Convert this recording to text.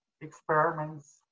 experiments